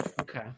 Okay